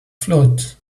float